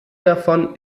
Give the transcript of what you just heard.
davon